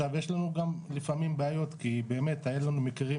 יש לנו לפעמים בעיות כי באמת היה לנו מקרים,